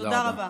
תודה רבה.